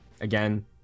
again